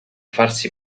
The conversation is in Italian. farsi